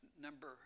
Number